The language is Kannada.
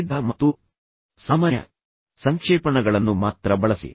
ಪ್ರಸಿದ್ಧ ಮತ್ತು ಸಾಮಾನ್ಯ ಸಂಕ್ಷೇಪಣಗಳನ್ನು ಮಾತ್ರ ಬಳಸಿ